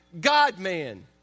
God-man